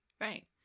right